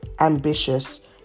Ambitious